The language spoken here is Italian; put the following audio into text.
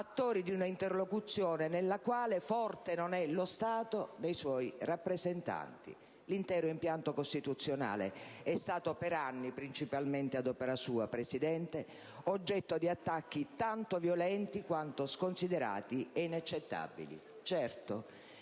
attori di un'interlocuzione nella quale forte non è lo Stato né i suoi rappresentanti. L'intero impianto costituzionale è stato per anni, principalmente ad opera sua, signor Presidente del Consiglio, oggetto di attacchi tanto violenti quanto sconsiderati e inaccettabili.